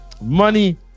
Money